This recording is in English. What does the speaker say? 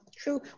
True